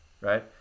right